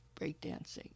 breakdancing